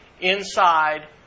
inside